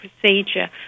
procedure